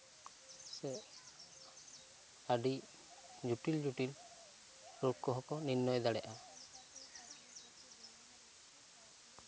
ᱥᱮ ᱟᱹᱰᱤ ᱡᱚᱴᱤᱞ ᱡᱚᱴᱤᱞ ᱨᱳᱜᱽ ᱠᱚᱦᱚᱸ ᱠᱚ ᱱᱤᱨᱱᱚᱭ ᱫᱟᱲᱮᱭᱟᱜᱼᱟ